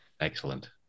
Excellent